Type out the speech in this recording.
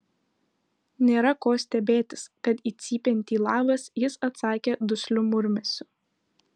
nėra ko stebėtis kad į cypiantį labas jis atsakė dusliu murmesiu